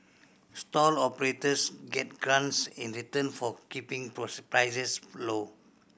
stall operators get grants in return for keeping prices low